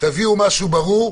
תביאו משהו ברור,